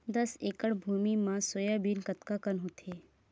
दस एकड़ भुमि म सोयाबीन कतका कन होथे?